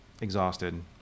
exhausted